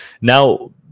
Now